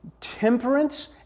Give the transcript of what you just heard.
temperance